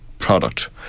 product